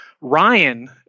Ryan